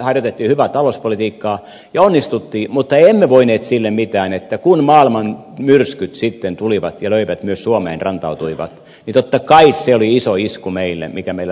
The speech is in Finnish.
harjoitettiin hyvää talouspolitiikkaa ja onnistuttiin mutta emme voineet sille mitään että kun maailman myrskyt sitten tulivat ja löivät myös suomeen rantautuivat niin totta kai se oli iso isku meille mikä meillä tapahtui